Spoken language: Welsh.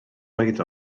oedd